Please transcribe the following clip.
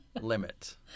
Limit